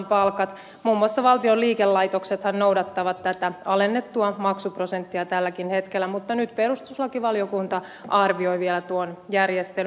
muun muassa valtion liikelaitoksethan noudattavat tätä alennettua maksuprosenttia tälläkin hetkellä mutta nyt perustuslakivaliokunta arvioi vielä tuon järjestelyn